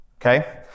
okay